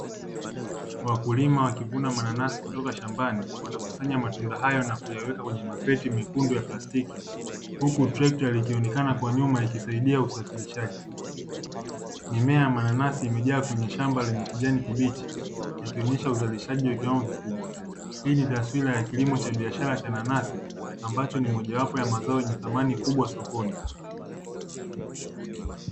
Wakulima wakivuna mananasi kutoka shambani wanakusanya matunda hayo na kuyaweka kwenye makreti mekundu ya plastiki, huku trekta likionekana kwa nyuma likisaidia usafirishaji; mimea ya mananasi imejaa kwenye shamba lenye kijani kibichi, ikionyesha uzalishaji wa kiwango kikubwa. Hii ni taswira ya kilimo cha biashara, tena nasi ambacho ni mojawapo ya mazao yenye thamani kubwa sokoni.